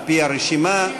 על-פי הרשימה.